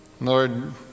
Lord